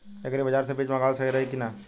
Agri बाज़ार से बीज मंगावल सही रही की ना?